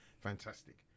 Fantastic